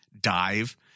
Dive